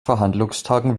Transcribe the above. verhandlungstagen